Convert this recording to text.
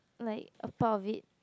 like a part of it